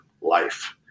life